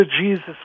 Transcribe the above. jesus